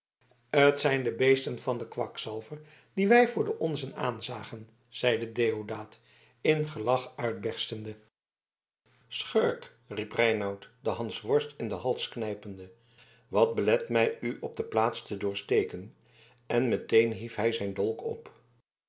t zijn de beesten van den kwakzalver die wij voor de onzen aanzagen zeide deodaat in gelach uitberstende schurk riep reinout den hansworst in den hals knijpende wat belet mij u op de plaats te doorsteken en meteen hief hij zijn dolk op